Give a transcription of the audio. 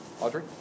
Audrey